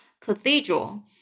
cathedral